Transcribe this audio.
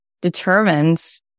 determines